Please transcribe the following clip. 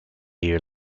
year